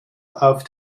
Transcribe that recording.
auf